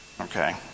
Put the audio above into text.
okay